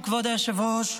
כבוד היושב-ראש,